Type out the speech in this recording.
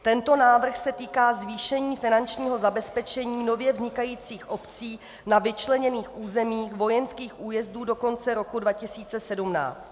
Tento návrh se týká zvýšení finančního zabezpečení vznikajících obcí na vyčleněných území vojenských újezdů do konce roku 2017.